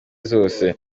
zose